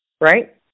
Right